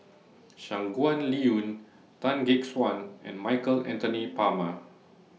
Shangguan Liuyun Tan Gek Suan and Michael Anthony Palmer